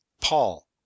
Paul